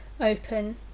open